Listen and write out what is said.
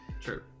True